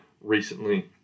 recently